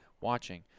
watching